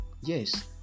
Yes